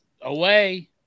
away